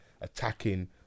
attacking